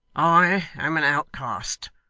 i am an outcast,